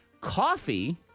coffee